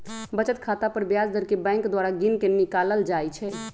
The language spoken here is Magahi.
बचत खता पर ब्याज दर बैंक द्वारा गिनके निकालल जाइ छइ